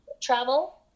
travel